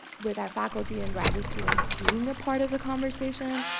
with our faculty and graduate students being a part of the conversation,